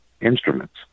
instruments